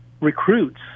recruits